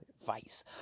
advice